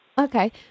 Okay